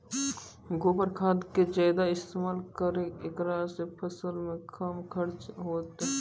गोबर खाद के ज्यादा इस्तेमाल करौ ऐकरा से फसल मे कम खर्च होईतै?